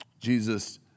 Jesus